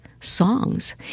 songs